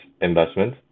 investment